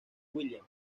williams